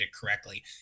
correctly